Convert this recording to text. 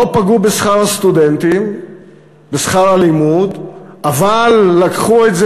לא פגעו בשכר הלימוד אבל לקחו את זה